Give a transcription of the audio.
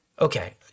okay